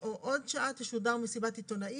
או בעוד שעה תשודר מסיבת עיתונאים,